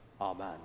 Amen